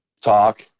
talk